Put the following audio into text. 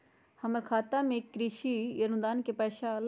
हमर खाता में कृषि अनुदान के पैसा अलई?